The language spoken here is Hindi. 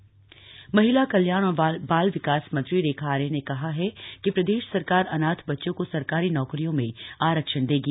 आरक्षण र फैसला महिला कल्याण और बाल विकास मंत्री रेखा आर्य ने कहा है कि प्रदेश सरकार अनाथ बच्चों को सरकारी नौकरियों में आरक्षण देगी